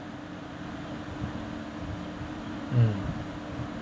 mm